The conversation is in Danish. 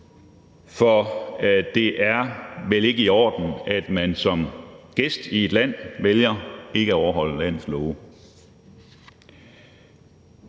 for det er vel ikke i orden, at man som gæst i et land vælger ikke at overholde landets love.